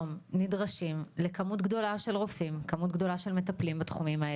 היום יום שלישי, כ"ד בטבת תשפ"ב,